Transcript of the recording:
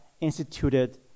instituted